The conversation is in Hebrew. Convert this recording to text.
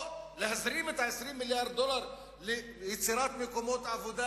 או להזרים 20 מיליארד דולר ליצירת מקומות עבודה